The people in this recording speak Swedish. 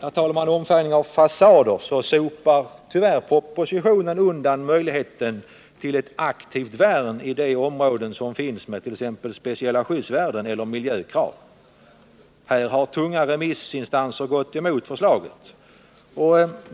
När det gäller omfärgning av fasader sopar tyvärr propositionen undan möjligheten till ett aktivt värn i områden med t.ex. speciella skyddsvärden eller miljökrav. Tunga remissinstanser har gått emot förslaget.